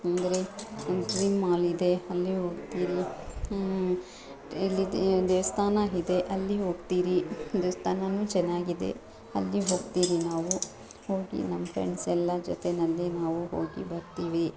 ಅಂದರೆ dream mall ಇದೆ ಅಲ್ಲಿ ಹೋಗ್ತೀರಿ ಇಲ್ಲಿ ದೇವಸ್ಥಾನ ಇದೆ ಅಲ್ಲಿ ಹೋಗ್ತೀರಿ ದೇವಸ್ಥಾನವೂ ಚೆನ್ನಾಗಿದೆ ಅಲ್ಲಿ ಹೋಗ್ತೀರಿ ನಾವು ಹೋಗಿ ನಮ್ಮ ಫ್ರೆಂಡ್ಸ್ ಎಲ್ಲ ಜೊತೆಯಲ್ಲೆ ನಾವು ಹೋಗಿ ಬರ್ತೀವಿ